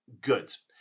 goods